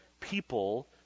people